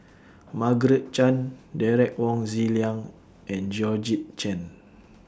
Margaret Chan Derek Wong Zi Liang and Georgette Chen